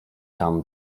tam